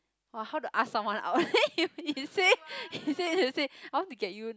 !wah! how to ask someone out you say you say you say I want to get you